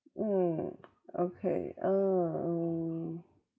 mm okay uh mm